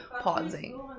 pausing